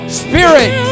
spirit